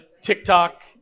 TikTok